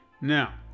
Now